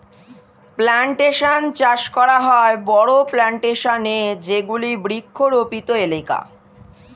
plantation চাষ করা হয় বড়ো প্লানটেশন এ যেগুলি বৃক্ষরোপিত এলাকা